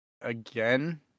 again